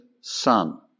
son